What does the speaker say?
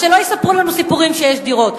אז שלא יספרו לנו סיפורים שיש דירות.